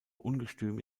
ungestüm